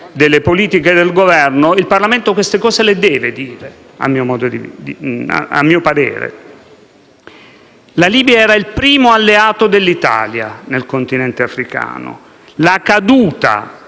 delle politiche del Governo, queste cose le deve dire. La Libia era il primo alleato dell'Italia nel continente africano. La caduta